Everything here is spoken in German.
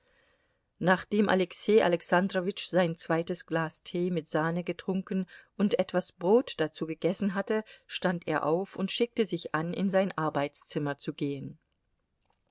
nachdem alexei alexandrowitsch sein zweites glas tee mit sahne getrunken und etwas brot dazu gegessen hatte stand er auf und schickte sich an in sein arbeitszimmer zu gehen